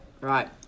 Right